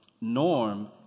norm